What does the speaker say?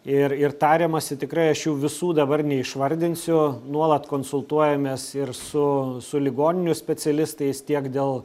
ir ir tariamasi tikrai aš jų visų dabar neišvardinsiu nuolat konsultuojamės ir su su ligoninių specialistais tiek dėl